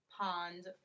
pond